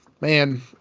Man